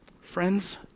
Friends